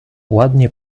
ładnie